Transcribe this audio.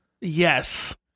Yes